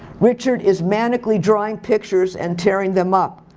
richard is manically drawing pictures and tearing them up.